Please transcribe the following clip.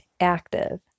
active